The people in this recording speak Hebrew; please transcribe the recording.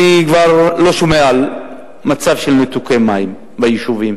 אני כבר לא שומע על מצב של ניתוקי מים ביישובים.